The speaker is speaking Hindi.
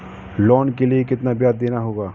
लोन के लिए कितना ब्याज देना होगा?